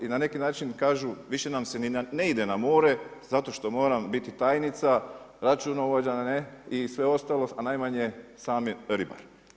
I na neki način kažu više nam se ni ne ide na more zato što moram biti tajnica, računovođa i sve ostalo, a najmanje sami ribar.